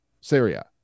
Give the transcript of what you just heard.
Syria